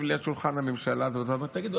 לשולחן הממשלה הזאת ואתה אומר: תגידו,